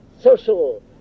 social